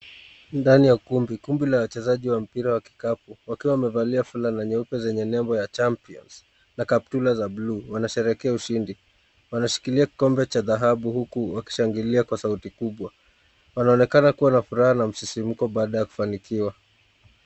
Ndani ya ukumbi. Ukumbi la wachezaji wa mpira wa kikapu, wakiwa wamevalia fulana nyeupe zenye nembo ya champions na kaptura za buluu. Wanasherehekea ushindi. Wanashikilia kikombe cha dhahabu huku wakishangilia kwa sauti kubwa. Wanaonekana kuwa na furaha na msisimuko baada ya kufanikiwa.